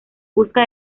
busca